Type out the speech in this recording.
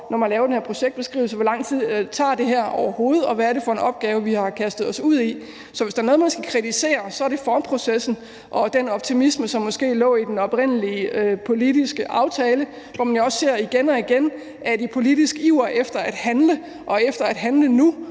ikke har haft et overblik over, hvor lang tid det her overhovedet tager, og hvad det er for en opgave, vi har kastet os ud i. Så hvis der er noget, man skal kritisere, så er det dét, der går forud for processen og den optimisme, som måske lå i den oprindelige politiske aftale, hvor man jo også igen og igen kan se, at man på grund af politisk iver efter at handle – og efter at handle nu